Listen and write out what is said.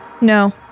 No